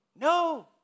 No